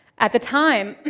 at the time,